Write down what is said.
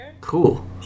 cool